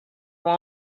want